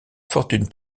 fortune